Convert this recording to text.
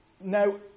Now